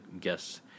guess